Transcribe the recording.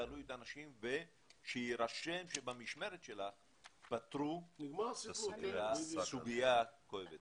תעלו את האנשים ושיירשם שבמשמרת שלך פתרו את הסוגיה הכואבת הזאת.